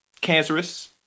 cancerous